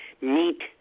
meet